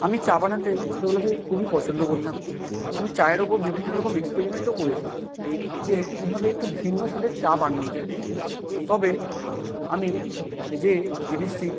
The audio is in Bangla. আমি চা বানাতে ছোটোবেলা থেকে খুবই পছন্দ করতাম আমি চায়ের ওপর বিভিন্ন রকম এক্সপেরিমেন্টও করেছি যে কীভাবে একটু ভিন্ন স্বাদের চা বানানো যায় তবে আমি যে জিনিসটি